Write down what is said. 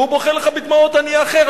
והוא בוכה לך בדמעות: אני אאחר.